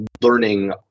learning